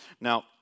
Now